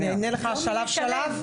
אני אענה לך שלב, שלב.